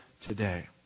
today